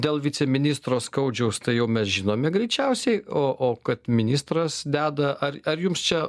dėl viceministro skaudžiaus tai jau mes žinome greičiausiai o o kad ministras deda ar ar jums čia